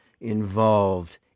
involved